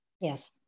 Yes